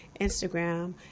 Instagram